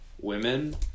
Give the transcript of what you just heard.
women